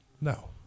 No